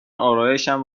آرایشم